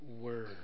word